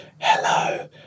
hello